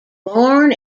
born